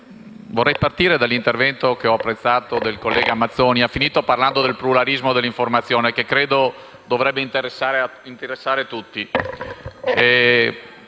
vorrei partire dall'intervento, che ho apprezzato, del collega Mazzoni, il quale ha finito parlando del pluralismo dell'informazione, che credo dovrebbe interessare tutti.